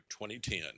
2010